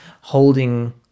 holding